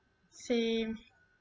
same